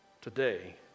today